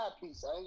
piece